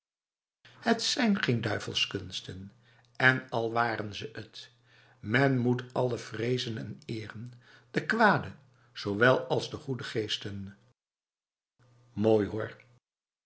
het zijn geen duivelskunsten en al waren ze het men moet allen vrezen en eren de kwade zowel als de goede geesten mooi